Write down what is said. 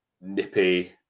nippy